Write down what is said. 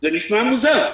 זה נשמע מוזר,